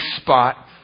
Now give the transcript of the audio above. spot